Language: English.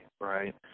right